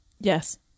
Yes